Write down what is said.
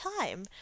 time